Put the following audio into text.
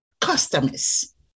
customers